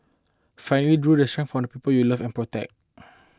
finally draw from the people you love and protect